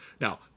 Now